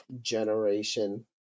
generation